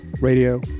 Radio